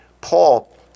Paul